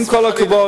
עם כל הכבוד.